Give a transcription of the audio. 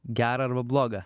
gerą arba blogą